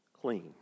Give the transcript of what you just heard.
clean